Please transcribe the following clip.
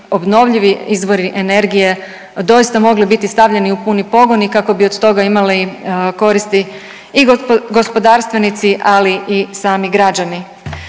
obnovljivi izvore energije doista mogli biti stavljeni u puni pogon i kako bi od toga imali koristi i gospodarstvenici, ali i sami građani.